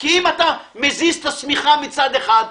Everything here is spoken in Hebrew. אם אתה מזיז את השמיכה מצד אחד,